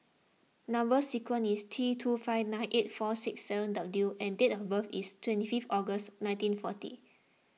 Number Sequence is T two five nine eight four six seven W and date of birth is twenty fifth August nineteen forty